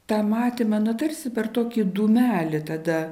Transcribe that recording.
tą matėme nu tarsi per tokį dūmelį tada